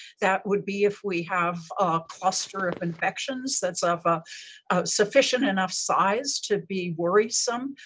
that would be if we have a cluster of infections that's of a sufficient enough size to be worrisome.